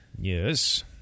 Yes